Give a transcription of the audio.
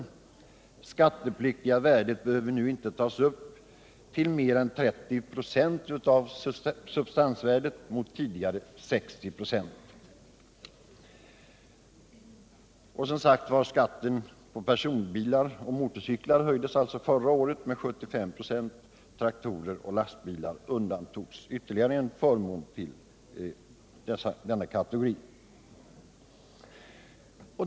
Det skattepliktiga värdet behöver nu inte tas upp till mer än 30 96 av substansvärdet mot tidigare 60 96. Skatten på personbilar och motorcyklar höjdes förra året med 75 96. Traktorer och lastbilar undantogs — ytterligare en förmån till denna kategori.